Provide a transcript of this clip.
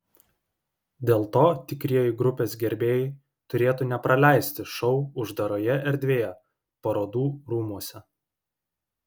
dėl to tikrieji grupės gerbėjai turėtų nepraleisti šou uždaroje erdvėje parodų rūmuose